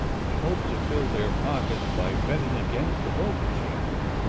who hoped to fill their pockets by betting against the local champion.